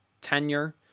tenure